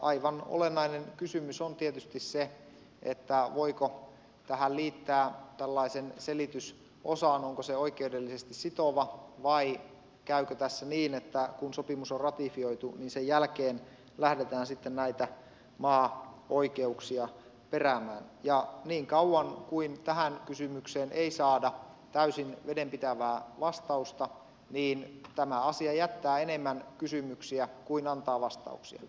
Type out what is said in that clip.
aivan olennainen kysymys on tietysti se voiko tähän liittää tällaisen selitysosan onko se oikeudellisesti sitova vai käykö tässä niin että kun sopimus on ratifioitu niin sen jälkeen lähdetään sitten näitä maaoikeuksia peräämään ja niin kauan kuin tähän kysymykseen ei saada täysin vedenpitävää vastausta niin tämä asia jättää enemmän kysymyksiä kuin antaa vastauksia